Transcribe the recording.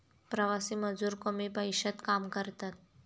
प्रवासी मजूर कमी पैशात काम करतात